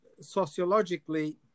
sociologically